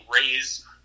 raise